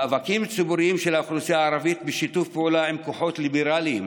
מאבקים ציבוריים של האוכלוסייה הערבית בשיתוף פעולה עם כוחות ליברליים